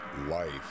life